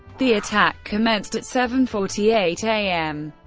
the attack commenced at seven forty eight a m.